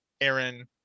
Aaron